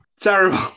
Terrible